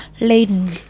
laden